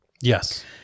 Yes